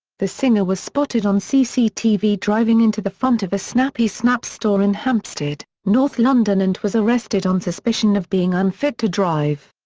the singer was spotted on cctv driving into the front of a snappy snaps store in hampstead, north london and was arrested on suspicion of being unfit to drive.